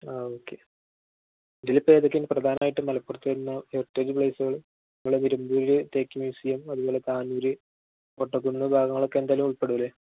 ആ ഓക്കെ ഇതിലിപ്പോള് ഏതൊക്കെയാണ് പ്രധാനമായിട്ട് മലപ്പുറത്ത് വരുന്ന ഹെറിറ്റേജ് പ്ലേസുകള് നമ്മുടെ നിലമ്പൂരിലെ തേക്ക് മ്യൂസിയം അതുപോലെ താനൂര് കോട്ടക്കുന്ന് ഭാഗങ്ങളൊക്കെ എന്തായാലും ഉൾപ്പെടില്ലേ